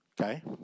Okay